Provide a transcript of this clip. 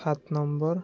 সাত নম্বৰ